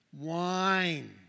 Wine